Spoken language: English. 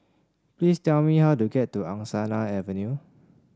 please tell me how to get to Angsana Avenue